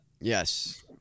Yes